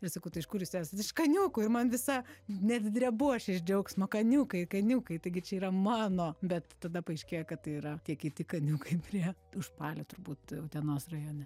ir sakau tai iš kur jūs esat iš kaniūkų ir man visa net drebu aš iš džiaugsmo kaniūkai kaniūkai taigi čia yra mano bet tada paaiškėjo kad tai yra tie kiti kaniūkai prie užpalių turbūt utenos rajone